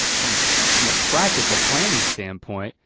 ah from from a practical planning standpoint,